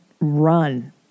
run